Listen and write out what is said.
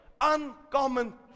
Uncommon